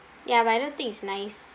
ya but I don't think it's nice